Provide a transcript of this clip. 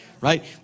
right